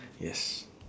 yes